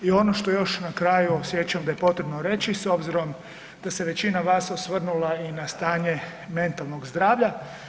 I ono što još na kraju osjećam da je potrebno reći s obzirom da se većina vas osvrnula i na stanje mentalnog zdravlja.